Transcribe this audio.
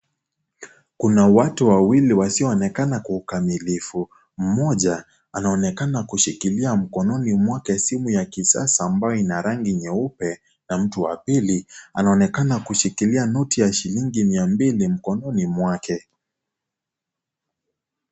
Kuna watu wawili wasioonekana kwa ukamilifu mmoja anaonekana kushikilia mkononi mwake simu ya kisasa ambayo ina rangi nyeupe na mtu wa pili anaonekana akishikilia noti ya miambili mkononi mwake.